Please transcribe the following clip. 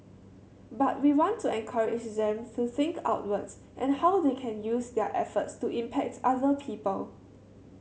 but we want to encourage them to think outwards and how they can use their efforts to impact other people